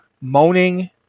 moaning